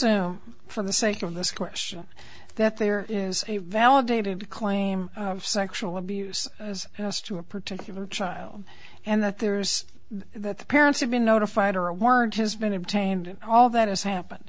assume for the sake of this question that there is a validated claim of sexual abuse as house to a particular child and that there's that the parents have been notified or a word has been obtained all that has happened